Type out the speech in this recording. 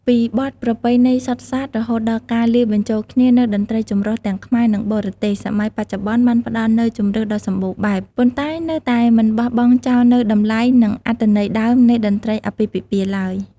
ពីបទប្រពៃណីសុទ្ធសាធ រហូតដល់ការលាយបញ្ចូលគ្នានូវតន្ត្រីចម្រុះទាំងខ្មែរ និងបរទេស សម័យបច្ចុប្បន្នបានផ្តល់នូវជម្រើសដ៏សម្បូរបែប ប៉ុន្តែនៅតែមិនបោះបង់ចោលនូវតម្លៃ និងអត្ថន័យដើមនៃតន្ត្រីអាពាហ៍ពិពាហ៍ឡើយ។